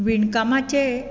विणकामाचे